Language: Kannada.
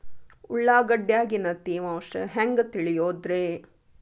ಉಳ್ಳಾಗಡ್ಯಾಗಿನ ತೇವಾಂಶ ಹ್ಯಾಂಗ್ ತಿಳಿಯೋದ್ರೇ?